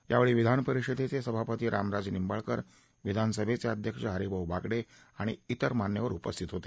यावेळी विधानपरिषदेचे सभापती रामराजे निंबाळकर विधानसभेचे अध्यक्ष हरीभाऊ बागडे आणि त्रिर मान्यवर उपस्थित होते